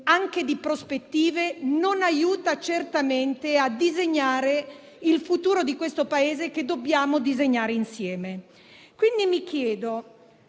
toni e prospettive non aiuta certamente a disegnare il futuro di questo Paese, che dobbiamo disegnare insieme. Questa situazione